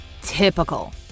typical